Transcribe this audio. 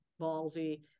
ballsy